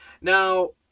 now